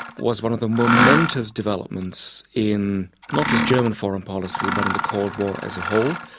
was one of the momentous developments in not just german foreign policy but in the cold war as a whole.